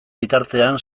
bitartean